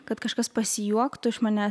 kad kažkas pasijuoktų iš manęs